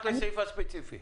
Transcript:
רק לסעיף הספציפי.